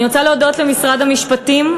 אני רוצה להודות למשרד המשפטים,